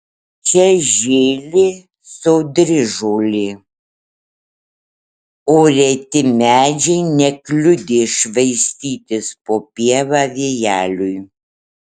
čia žėlė sodri žolė o reti medžiai nekliudė švaistytis po pievą vėjeliui